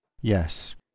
Yes